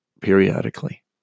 periodically